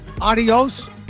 Adios